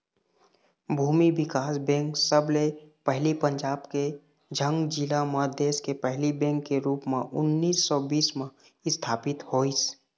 भूमि बिकास बेंक सबले पहिली पंजाब के झंग जिला म देस के पहिली बेंक के रुप म उन्नीस सौ बीस म इस्थापित होइस